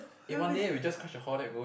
eh one day we just crash your hall then we go